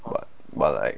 but but like